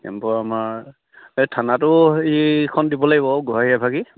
তাৰপৰা আমাৰ এই থানাটো হেৰিখন দিব লাগিব গোহাৰি এভাগি